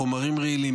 חומרים רעילים,